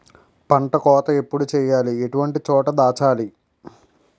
పంట కోత ఎప్పుడు చేయాలి? ఎటువంటి చోట దాచాలి?